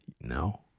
No